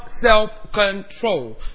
self-control